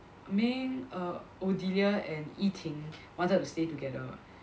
Ming err Odelia and Yi Ting wanted to stay together